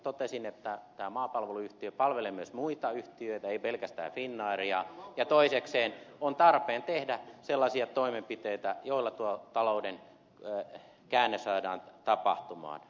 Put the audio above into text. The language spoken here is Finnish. niin kuin totesin maapalveluyhtiö palvelee myös muita yhtiöitä ei pelkästään finnairia ja toisekseen on tarpeen tehdä sellaisia toimenpiteitä joilla tuo talouden käännös saadaan tapahtumaan